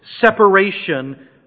Separation